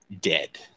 dead